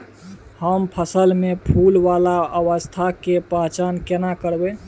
हम फसल में फुल वाला अवस्था के पहचान केना करबै?